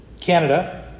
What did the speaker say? Canada